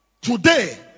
Today